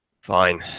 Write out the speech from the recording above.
fine